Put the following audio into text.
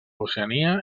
oceania